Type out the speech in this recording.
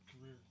career